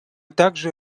также